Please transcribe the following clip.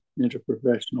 interprofessional